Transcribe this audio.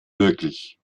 wirklich